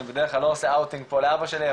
אני בדרך כלל לא עושה 'אאוטינג' פה לאבא שלי,